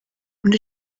und